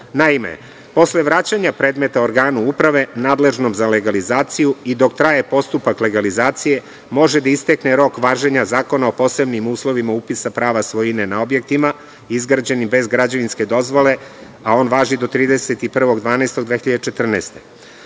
Naime, posle vraćanja predmeta organu uprave nadležnom za legalizaciju i dok traje postupak legalizacije može da istekne rok važenja Zakona o posebnim uslovima upisa prava svojine na objektima izgrađenim bez građevinske dozvole, a on važi do 31.